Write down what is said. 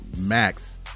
max